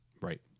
Right